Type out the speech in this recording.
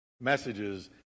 messages